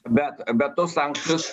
bet bet tos sankcijos